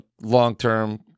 long-term